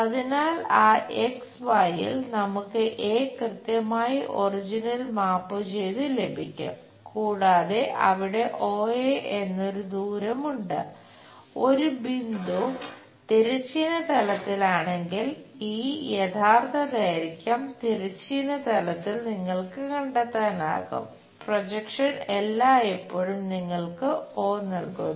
അതിനാൽ ആ എക്സ് വൈയിൽ എല്ലായ്പ്പോഴും നിങ്ങൾക്ക് 0 നൽകുന്നു